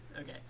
Okay